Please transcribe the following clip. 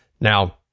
Now